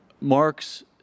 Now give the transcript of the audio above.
Mark's